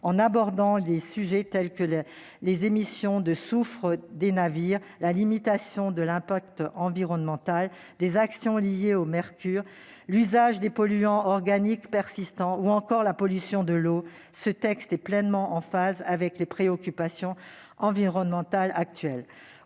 en abordant des sujets tels que les émissions de soufre des navires, la limitation de l'impact environnemental des activités liées au mercure, l'usage des polluants organiques persistants ou encore la pollution de l'eau, ce texte est pleinement en phase avec les préoccupations environnementales actuelles.